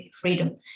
freedom